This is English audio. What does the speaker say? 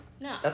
No